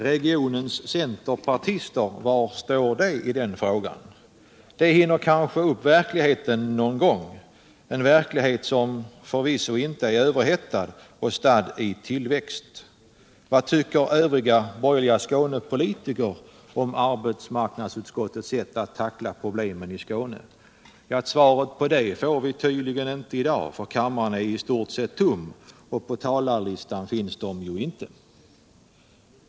Regionens centerpartister — var står de i den frågan? De hittar kanske fram till verkligheten någon gång, den verklighet som förvisso inte är överhettad och stadd i tillväxt. Vad tycker övriga borgerliga Skånepolitiker om arbetsmarknadsutskottets sätt att tackla problemen i Skåne? Svaret på det får vi tydligen inte i dag, för kammaren är i stort sett tom, och på talarlistan finns dessa politiker ju inte.